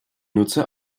nutzer